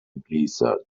blizzard